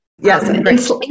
Yes